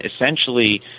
essentially